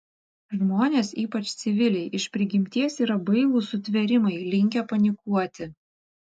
žmonės ypač civiliai iš prigimties yra bailūs sutvėrimai linkę panikuoti